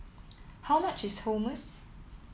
how much is Hummus